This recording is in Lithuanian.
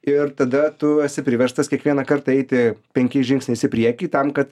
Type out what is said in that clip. ir tada tu esi priverstas kiekvieną kartą eiti penkiais žingsniais į priekį tam kad